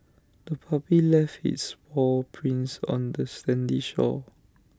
the puppy left its paw prints on the sandy shore